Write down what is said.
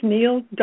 Neil